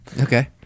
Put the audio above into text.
Okay